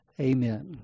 amen